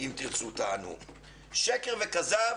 שקר וכזב,